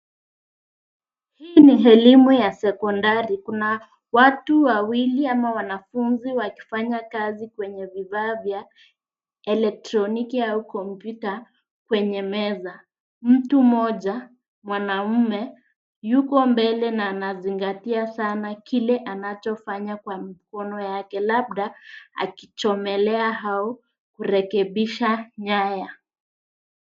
Hii ni elimu ya sekondari. Kuna watu wawili ama wanafunzi wakifanya kazi kwenye vifaa vya elektroniki au kompyuta kwenye meza. Mtu mmoja, mwanaume, yuko mbele na anazingatia sana kile anachofanya kwa mkono yake labda akichomelea au kurekebisha nyaya.